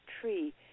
tree